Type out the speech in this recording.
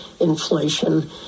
inflation